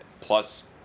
plus